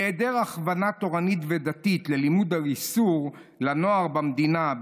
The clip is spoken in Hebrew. בהיעדר הכוונה תורנית ודתית ללימוד האיסור לנוער במדינה,